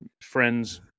friends